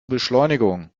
beschleunigung